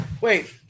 Wait